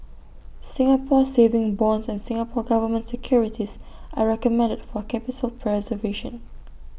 Singapore savings bonds and Singapore Government securities are recommended for capital preservation